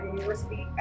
University